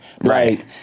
right